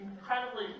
incredibly